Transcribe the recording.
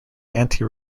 anti